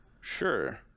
sure